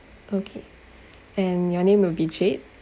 okay and your name will be jade okay